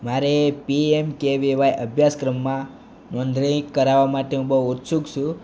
મારે પીએમકેવીવાય અભ્યાસક્રમમાં નોંધણી કરાવવા માટે હું બહુ ઉત્સુક છું